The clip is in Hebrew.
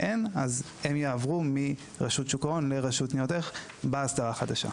הם יעברו מרשות שוק ההון לרשות ניירות ערך בהסדרה החדשה.